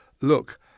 look